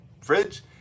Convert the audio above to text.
fridge